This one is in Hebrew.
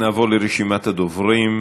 נעבור לרשימת הדוברים.